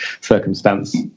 circumstance